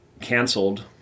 canceled